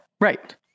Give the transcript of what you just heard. Right